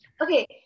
okay